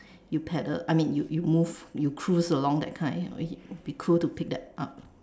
you pedal I mean you you move you cruise along that kind you it'll be cool to pick that up